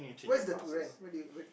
where is the to rent where do you